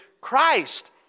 Christ